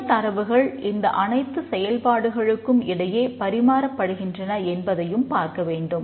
என்ன தரவுகள் இந்த அனைத்து செயல்படுகளுக்கும் இடையே பரிமாறப்படுகின்றன என்பதையும் பார்க்கவேண்டும்